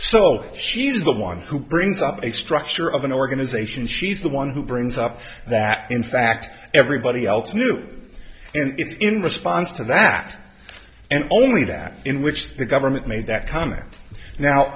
so she's the one who brings up a structure of an organization she's the one who brings up that in fact everybody else knew and it's in response to that and only that in which the government made that comment now